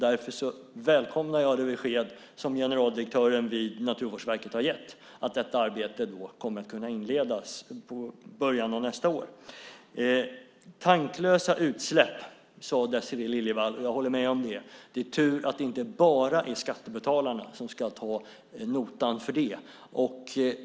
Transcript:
Därför välkomnar jag det besked som generaldirektören vid Naturvårdsverket har gett: att detta arbete kommer att kunna inledas i början av nästa år. "Tanklösa utsläpp", sade Désirée Liljevall, och jag håller med om det. Det är tur att det inte bara är skattebetalarna som ska ta den notan!